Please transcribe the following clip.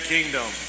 Kingdom